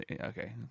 Okay